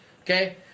Okay